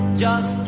just